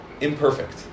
Imperfect